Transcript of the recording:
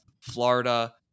Florida